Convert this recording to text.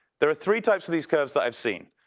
there are three types of these curves that i've seen.